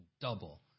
double